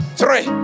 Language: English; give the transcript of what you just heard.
three